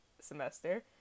semester